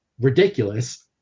ridiculous